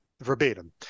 Verbatim